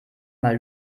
mal